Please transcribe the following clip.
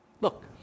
Look